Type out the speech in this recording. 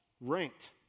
ranked